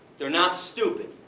they're not stupid,